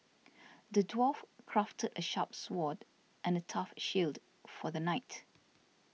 the dwarf crafted a sharp sword and a tough shield for the knight